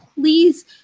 please